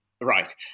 Right